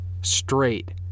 straight